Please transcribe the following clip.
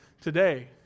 today